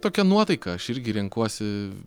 tokia nuotaika aš irgi renkuosi